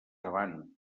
avant